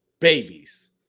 babies